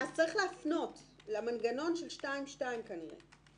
אז צריך להפנות למנגנון של 2(2) כנראה.